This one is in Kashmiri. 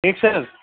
ٹھیٖک چھِ حظ